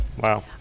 wow